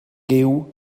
giw